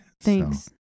Thanks